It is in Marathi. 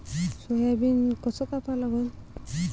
सोयाबीन कस कापा लागन?